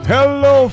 Hello